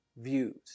views